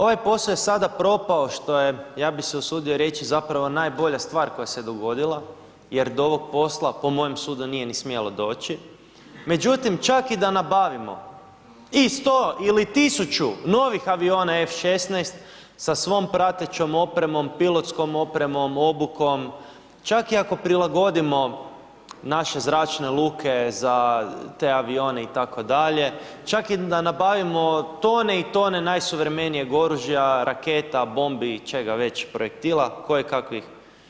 Ovaj posao je sada propao što je ja bi se usudio reći zapravo najbolja stvar koja se dogodila, jer do ovog posla po mojem sudu nije ni smjelo doći, međutim čak i da nabavimo i 100 ili 1.000 novih aviona F16 sa svom pratećom opremom, pilotskom opremom, obukom, čak i ako prilagodimo naše zračne luke za te avione itd., čak i da nabavimo tone i tone najsuvremenijeg oružja, raketa, bombi, čega već projektila kojekakvih.